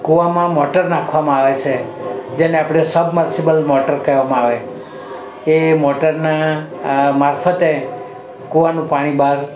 કૂવામાં મોટર નાખવામાં આવે છે જેને આપણે સબમર્સિબલ મોટર કહેવામાં આવે એ મોટરનાં આ મારફતે કૂવાનું પાણી બાર